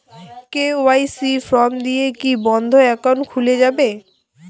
KYC form দিয়ে কি বন্ধ একাউন্ট খুলে যাবে?